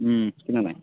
কিনা নাই